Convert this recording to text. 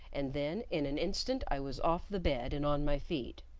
and then in an instant i was off the bed and on my feet.